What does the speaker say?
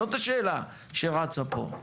זאת השאלה שרצה פה.